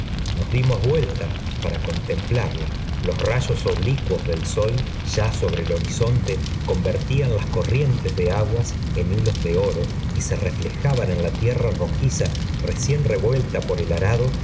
nos dimos vuelta para contemplarla los rayos oblicuo del sol ya sobre el horizonte convertían lata corrientes de agua em huob de oro y se reflejaban en la tierra rojiza recién revuelta por el arado